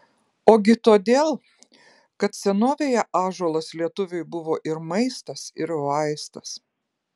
ogi todėl kad senovėje ąžuolas lietuviui buvo ir maistas ir vaistas